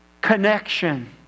connection